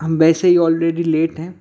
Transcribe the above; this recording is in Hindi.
हम वैसे हीं ऑलरेडी लेट हैं